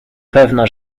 pewna